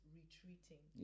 retreating